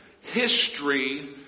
history